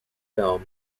film